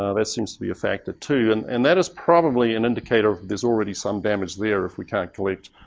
ah that seems to be a factor too. and and that is probably an indicator there's already some damage there if we can't collect